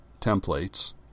Templates